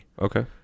Okay